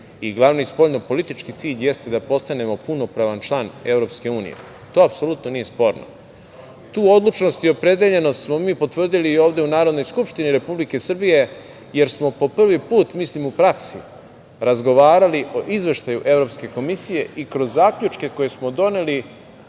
glavni spoljno politički cilj jeste da postanemo punopravni član EU.To apsolutno nije sporno. Tu odlučnost i opredeljenost smo mi potvrdili i ovde u Narodnoj Skupštini Republike Srbije, jer smo po prvi put u praksi razgovarali o izveštaju Evropske komisije i kroz zaključke koje smo doneli,